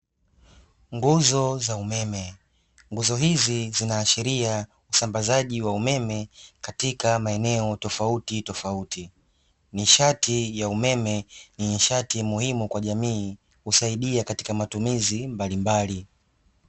Nguzo za umeme nguzo hizi zinaashiria usambazaji wa umeme katika maeneo tofautitofauti, nishati ya umeme ni nishati muhimu kwa jamii husaidia katika matumizi mbalimbali.